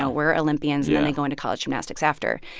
ah were olympians. and then they go into college gymnastics after.